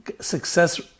success